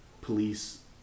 police